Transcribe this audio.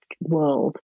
world